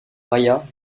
raja